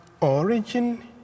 origin